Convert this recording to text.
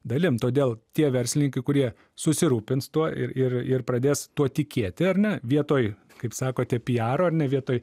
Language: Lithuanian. dalim todėl tie verslininkai kurie susirūpins tuo ir ir ir pradės tuo tikėti ar ne vietoj kaip sakote piaro ar ne vietoj